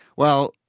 well,